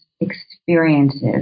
experiences